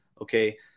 okay